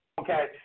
Okay